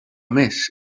més